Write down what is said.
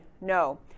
no